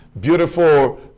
beautiful